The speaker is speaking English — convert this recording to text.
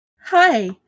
Hi